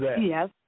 Yes